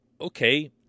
Okay